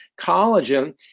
Collagen